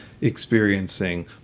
experiencing